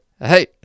Hey